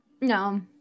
no